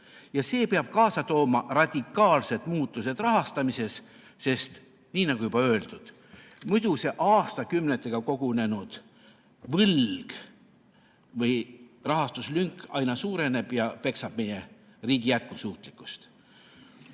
ja see peab kaasa tooma radikaalsed muutused rahastamises. Sest nii nagu juba öeldud, muidu see aastakümnetega kogunenud võlg või rahastuslünk aina suureneb ja peksab meie riigi jätkusuutlikkust. Siiski